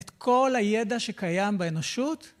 את כל הידע שקיים באנושות.